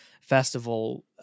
festival